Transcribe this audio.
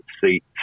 seat